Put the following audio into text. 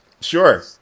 Sure